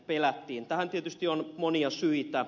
tähän tietysti on monia syitä